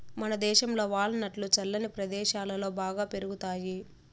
మనదేశంలో వాల్ నట్లు చల్లని ప్రదేశాలలో బాగా పెరుగుతాయి